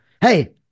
hey